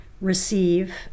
receive